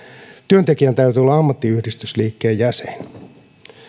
työntekijän täytyy olla ammattiyhdistysliikkeen jäsen